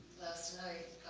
last night